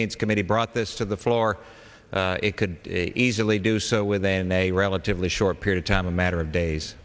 means committee brought this to the floor it could easily do so within a relatively short period time a matter of days